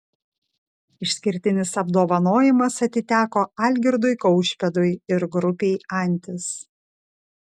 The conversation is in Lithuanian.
išskirtinis apdovanojimas atiteko algirdui kaušpėdui ir grupei antis